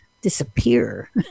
disappear